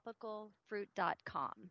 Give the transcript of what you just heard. tropicalfruit.com